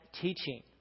teaching